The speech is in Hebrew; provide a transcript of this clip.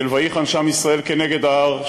של "ויחן שם ישראל נגד ההר",